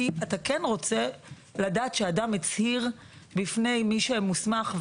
כי אתה כן רוצה לדעת שאדם הצהיר בפני מי שמוסמך,